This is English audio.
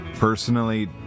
personally